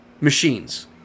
machines